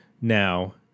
Now